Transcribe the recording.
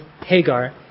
Hagar